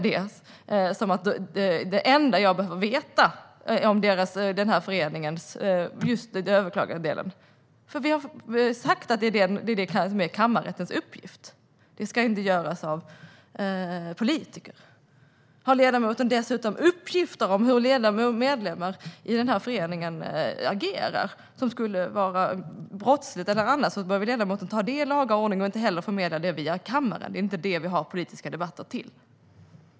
Det enda som jag behöver veta om denna förening gäller överklagandedelen, eftersom det är sagt att det är detta som är Kammarrättens uppgift. Det ska inte göras av politiker. Svar på interpellationer Om ledamoten dessutom har uppgifter om hur medlemmar i denna förening agerar, som skulle vara brottsligt och så vidare, bör ledamoten ta detta i laga ordning och inte förmedla det i kammaren. Det är inte det som vi har politiska debatter till.